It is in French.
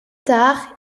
tard